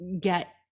get